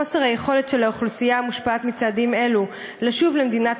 חוסר היכולת של האוכלוסייה המושפעת מצעדים אלו לשוב למדינת